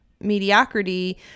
mediocrity